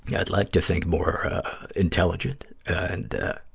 yeah i'd like to think more intelligent and